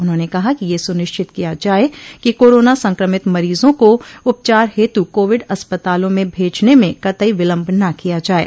उन्होंने कहा कि यह सुनिश्चित किया जाये कि कोरोना संक्रमित मरीजों को उपचार हेतु कोविड अस्पतालों में भेजने में कतई विलम्ब न किया जाये